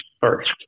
first